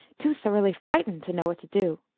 too thoroughly frightened to know what to do.